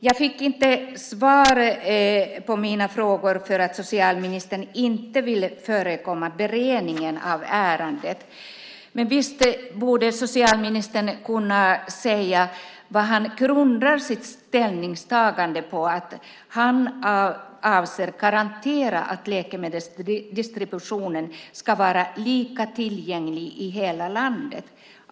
Jag fick inte svar på mina frågor för att socialministern inte ville förekomma beredningen av ärendet. Men visst borde socialministern kunna säga vad han grundar sitt ställningstagande på när han säger att han avser att garantera att tillgången till läkemedel ska vara lika i hela landet.